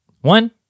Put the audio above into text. One